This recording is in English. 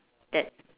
that